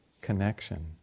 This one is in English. connection